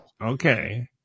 okay